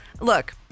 look